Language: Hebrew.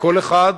וכל אחד